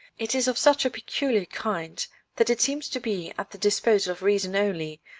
it is of such a peculiar kind that it seems to be at the disposal of reason only,